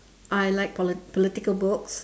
I like polit~ political books